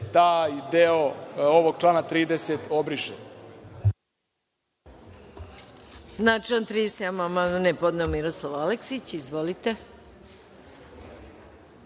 taj deo ovog člana 30. obriše.